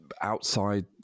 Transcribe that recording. outside